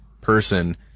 person